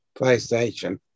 PlayStation